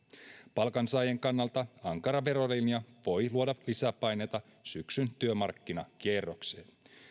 palkansaajien kannalta ankara verolinja voi luoda lisäpaineita syksyn työmarkkinakierrokseen